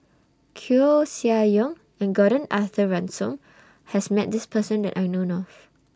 Koeh Sia Yong and Gordon Arthur Ransome has Met This Person that I know of